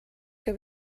que